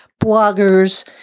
bloggers